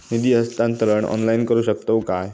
निधी हस्तांतरण ऑनलाइन करू शकतव काय?